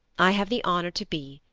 i have the honour to be,